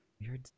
Weird